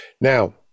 Now